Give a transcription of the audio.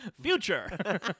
Future